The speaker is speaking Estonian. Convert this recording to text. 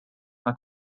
nad